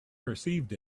perceived